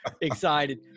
excited